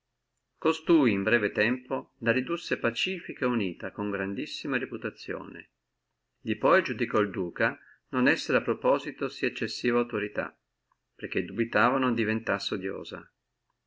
costui in poco tempo la ridusse pacifica et unita con grandissima reputazione di poi iudicò el duca non essere necessario sí eccessiva autorità perché dubitava non divenissi odiosa